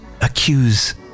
accuse